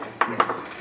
Yes